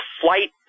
flight